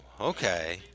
okay